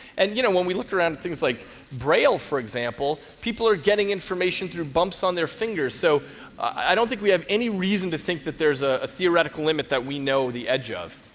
and you know when we look around at things like braille, for example, people are getting information through bumps on their fingers. so i don't think we have any reason to think there's ah a theoretical limit that we know the edge of.